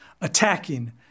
attacking